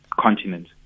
continent